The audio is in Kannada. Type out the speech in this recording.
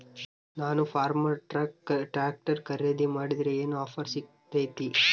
ನಾನು ಫರ್ಮ್ಟ್ರಾಕ್ ಟ್ರಾಕ್ಟರ್ ಖರೇದಿ ಮಾಡಿದ್ರೆ ಏನು ಆಫರ್ ಸಿಗ್ತೈತಿ?